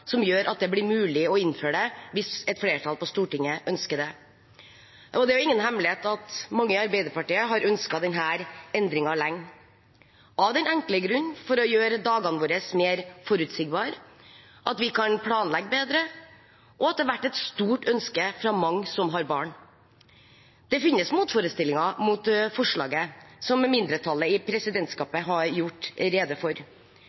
som gjør at det blir mulig å innføre det, hvis et flertall på Stortinget ønsker det. Det er ingen hemmelighet at mange i Arbeiderpartiet har ønsket denne endringen lenge, av den enkle grunn at det gjør dagene våre mer forutsigbare, at vi kan planlegge bedre, og at det har vært et stort ønske fra mange som har barn. Det finnes motforestillinger mot forslaget, som mindretallet i presidentskapet har gjort rede for.